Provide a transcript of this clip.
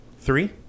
Three